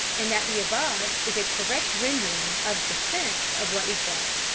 and that the above is a correct rendering of the sense of what he said.